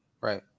Right